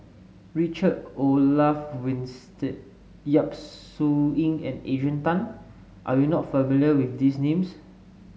Richard Olaf Winstedt Yap Su Yin and Adrian Tan are you not familiar with these names